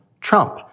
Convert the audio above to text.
Trump